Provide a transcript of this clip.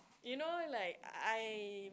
you know like I